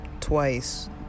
twice